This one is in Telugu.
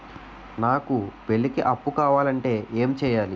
నాకు పెళ్లికి అప్పు కావాలంటే ఏం చేయాలి?